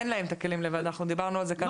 אין להם את הכלים לבד, אנחנו דיברנו על זה כאן.